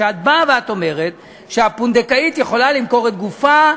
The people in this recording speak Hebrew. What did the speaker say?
שאת באה ואת אומרת שהפונדקאית יכולה למכור את גופה,